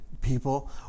people